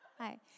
Hi